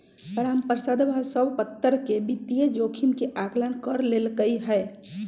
रामप्रसादवा सब प्तरह के वित्तीय जोखिम के आंकलन कर लेल कई है